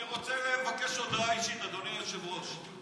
אני רוצה לבקש הודעה אישית, אדוני היושב-ראש.